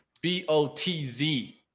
B-O-T-Z